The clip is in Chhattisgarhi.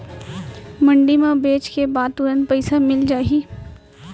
मंडी म बेचे के बाद तुरंत पइसा मिलिस जाही?